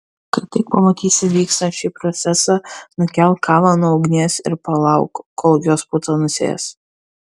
kai tik pamatysi vykstant šį procesą nukelk kavą nuo ugnies ir palauk kol jos puta nusės